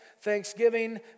thanksgiving